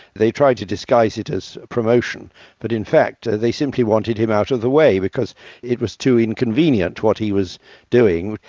they tried to disguise it as a promotion but in fact they simply wanted him out of the way because it was too inconvenient what he was doing.